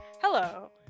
hello